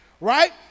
right